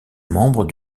membre